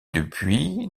depuis